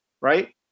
right